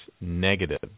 negative